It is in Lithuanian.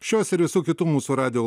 šios ir visų kitų mūsų radijo